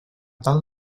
tal